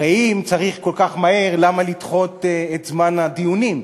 הרי אם צריך כל כך מהר, למה לדחות את זמן הדיונים?